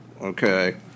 Okay